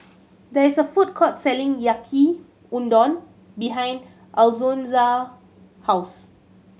there is a food court selling Yaki Udon behind Alonza house